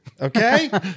okay